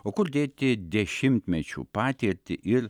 o kur dėti dešimtmečių patirtį ir